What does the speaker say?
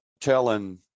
telling